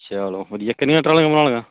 ਚਲੋ ਵਧੀਆ ਕਿੰਨੀਆਂ ਟਰਾਲੀਆਂ ਬਣਾ ਲਈਆਂ